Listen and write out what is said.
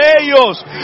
ellos